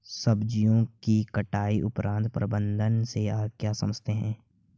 सब्जियों की कटाई उपरांत प्रबंधन से आप क्या समझते हैं?